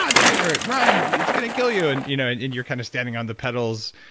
ah tiger, run. it's going to kill you. and you know and and you're kind of standing on the pedals,